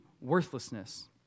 worthlessness